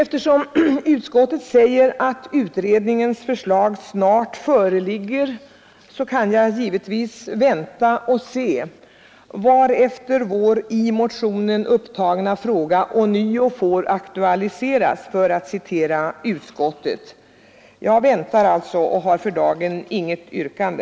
Eftersom utskottet säger att utredningens förslag snart föreligger, kan jag givetvis vänta och se, varefter ”den i motionen upptagna frågan ånyo aktualiseras” — för att citera utskottet. Jag väntar alltså och har för dagen inget yrkande.